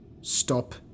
Stop